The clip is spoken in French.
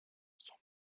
son